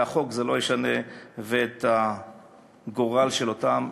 כי את החוק זה לא ישנה ואת הגורל האכזר